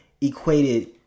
equated